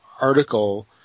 article